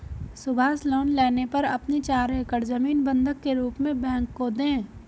Subhash loan लेने पर अपनी चार एकड़ जमीन बंधक के रूप में बैंक को दें